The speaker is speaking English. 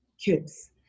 kids